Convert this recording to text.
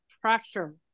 pressure